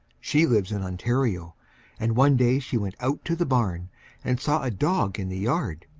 she lives in ontario and one day she went out to the barn and saw a dog in the yard.